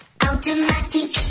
automatic